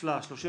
לסעיף